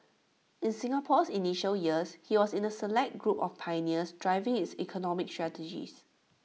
in Singapore's initial years he was in A select group of pioneers driving its economic strategies